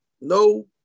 no